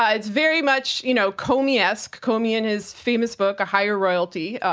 ah it's very much you know comey-esque. comey and his famous book, a higher loyalty.